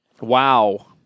Wow